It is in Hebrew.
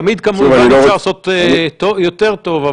תמיד כמובן שאפשר לעשות יותר טוב,